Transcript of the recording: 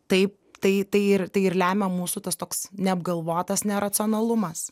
tai tai tai ir tai ir lemia mūsų tas toks neapgalvotas neracionalumas